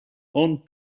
onn